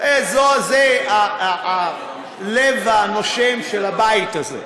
זה הלב הנושם של הבית הזה,